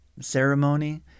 ceremony